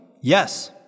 Yes